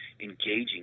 engaging